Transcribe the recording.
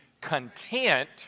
content